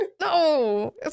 No